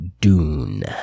Dune